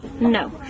No